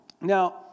Now